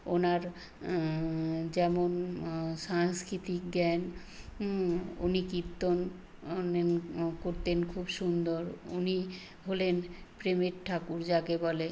ওনার যেমন সাংস্কৃতিক জ্ঞান উনি কীর্তন করতেন খুব সুন্দর উনি হলেন প্রেমের ঠাকুর যাকে বলে